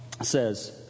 says